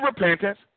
repentance